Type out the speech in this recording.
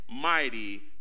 mighty